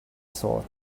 sword